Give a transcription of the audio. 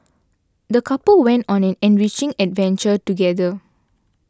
the couple went on an enriching adventure together